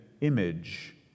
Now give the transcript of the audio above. image